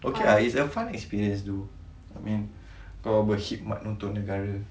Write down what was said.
okay ah it's a fun experience though I mean kau berkhidmat untuk negara